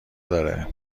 داره